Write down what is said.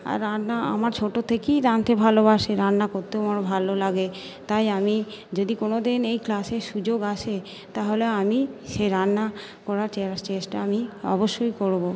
আর রান্না আমার ছোটো থেকেই রাঁধতে ভালোবাসে রান্না করতেও আমার ভালো লাগে তাই আমি যদি কোনোদিন এই ক্লাসের সুযোগ আসে তাহলে আমি সেই রান্না করার চেষ্টা আমি অবশ্যই করবো